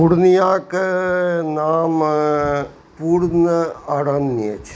पूर्णियाँके नाममे पूर्वमे अरणियाँ